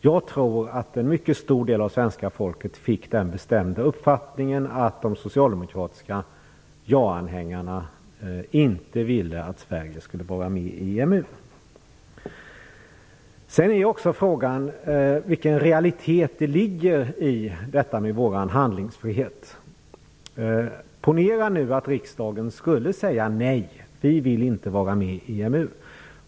Jag tror att en mycket stor del av det svenska folket fick den bestämda uppfattningen att de socialdemokratiska ja-anhängarna inte ville att Sverige skulle vara med i EMU. Frågan är också vilken realitet det ligger i detta med vår handlingsfrihet. Ponera att riksdagen skulle säga: "Nej, vi vill inte vara med i EMU."